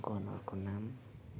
गनहरूको नाम